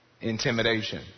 intimidation